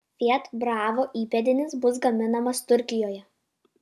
fiat bravo įpėdinis bus gaminamas turkijoje